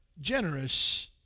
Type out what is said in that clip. generous